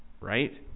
right